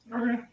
Okay